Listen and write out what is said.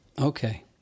Okay